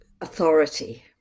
authority